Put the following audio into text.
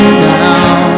now